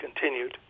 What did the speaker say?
continued